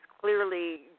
clearly